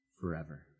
forever